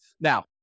Now